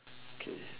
okay